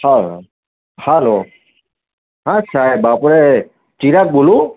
હાલો hello હા સાહેબ આપણે ચિરાગ બોલું